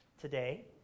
today